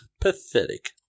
Pathetic